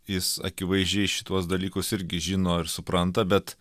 jis akivaizdžiai šituos dalykus irgi žino ir supranta bet